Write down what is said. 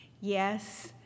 Yes